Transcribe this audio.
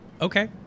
Okay